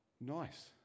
nice